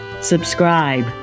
Subscribe